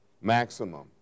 maximum